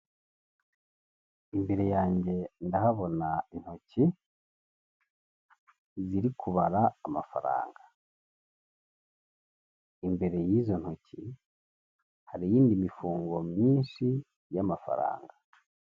Imbere yanjye ndahabona intoki ziri kubara amafaranga imbere y'izo ntoki hari imifungo myinshi y'amafaranga.